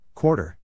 Quarter